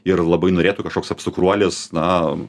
ir labai norėtų kažkoks apsukruolis na